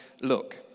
look